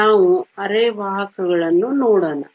ನಾವು ಅರೆವಾಹಕಗಳನ್ನು ನೋಡೋಣ